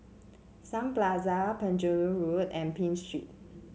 Sun Plaza Penjuru Road and Pitt Street